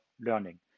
learning